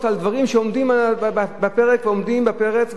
של דברים שעומדים על הפרק ועומדים בפרץ.